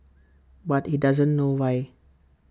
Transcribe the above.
but he doesn't know why